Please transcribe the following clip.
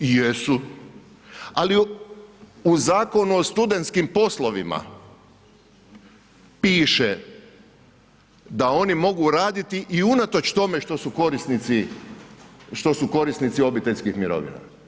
Jesu, ali u Zakonu o studentskim poslovima piše da oni mogu raditi i unatoč tome što su korisnici obiteljskih mirovina.